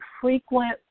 frequent